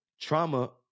trauma